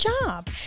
job